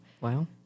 Wow